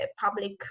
public